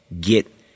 get